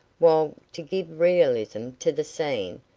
while, to give realism to the scene,